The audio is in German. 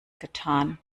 getan